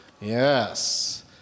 Yes